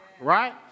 right